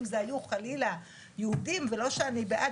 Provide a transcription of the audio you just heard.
אם אלה היו חלילה יהודים ולא שאני בעד,